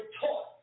taught